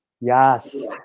Yes